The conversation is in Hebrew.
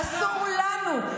אסור לנו,